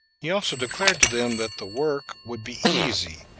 he also declared to them that the work would be easy,